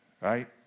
right